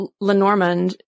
Lenormand